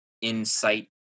insight